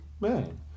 man